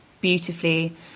beautifully